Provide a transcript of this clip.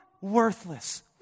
worthless